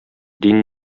дин